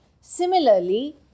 Similarly